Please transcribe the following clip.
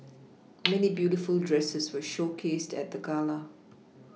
many beautiful dresses were showcased at the gala